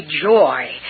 joy